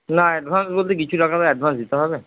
না অ্যাডভান্স বলতে কিছু টাকা তো অ্যাডভান্স দিতে হবে